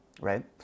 right